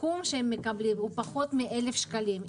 הסכום שהם מקבלים הוא פחות מ-1,000 שקלים.